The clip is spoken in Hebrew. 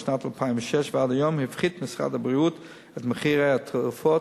משנת 2006 ועד היום הפחית משרד הבריאות את מחירי התרופות,